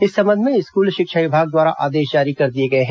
इस संबंध में स्कूल शिक्षा विभाग द्वारा आदेश जारी कर दिए गए हैं